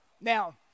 Now